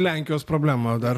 lenkijos problema dar